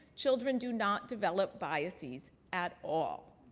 children do not develop biases at all.